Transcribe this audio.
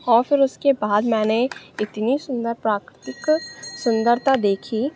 और फिर उसके बाद मैंने इतनी सुन्दर प्राकृतिक सुन्दरता देखी